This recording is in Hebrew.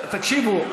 תקשיבו.